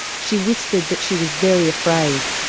she whispered that she was very afraid.